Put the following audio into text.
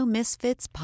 Misfits